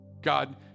God